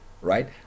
right